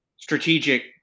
strategic